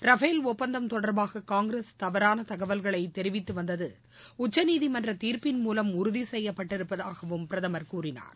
Rafale ஒப்பந்தம் தொடர்பாக காங்கிரஸ் தவறான தகவல்களை தெரிவித்து வந்தது உச்சநீதிமன்றத் தீர்ப்பின் மூலம் உறுதி செய்யப்பட்டிருப்பதாகவும் பிரதமர் கூறினார்